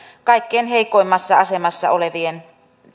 kaikkein heikoimmassa asemassa olevien